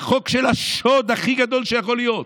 את החוק של השוד הכי גדול שיכול להיות.